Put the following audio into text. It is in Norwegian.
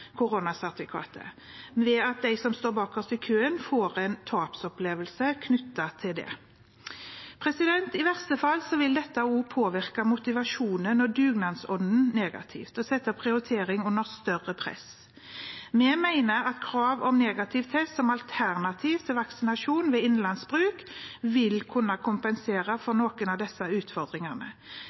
koronasertifikatet ved at de som står bakerst i køen, får en tapsopplevelse knyttet til det. I verste fall vil dette også påvirke motivasjonen og dugnadsånden negativt og sette prioritering under større press. Vi mener at krav om negativ test som alternativ til vaksinasjon ved innenlandsbruk vil kunne kompensere for noen av disse utfordringene,